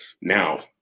Now